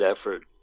effort